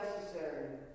necessary